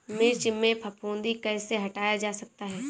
मिर्च में फफूंदी कैसे हटाया जा सकता है?